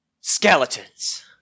skeletons